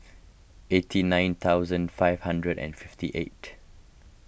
eighty nine thousand five hundred and fifty eight